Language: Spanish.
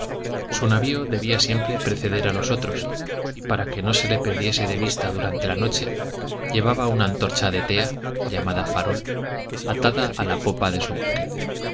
su navio debía siempre preceder a los otros y para que no se le perdiese de vista durante la noche llevaba una antorcha de tea llamada farol atada a la popa de su buque